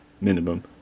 minimum